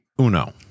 Uno